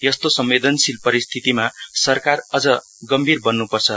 यस्तो सम्वेदनशील परिस्थितिमा सरकार अझ गम्भीर बनिनुपर्छ